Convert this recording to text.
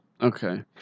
Okay